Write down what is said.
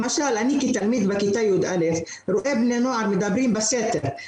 למשל אני כתלמיד בכיתה י"א רואה בני נוער מדברים בסתר,